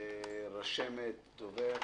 הרשמת, הדובר,